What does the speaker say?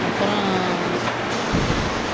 அப்புறோம்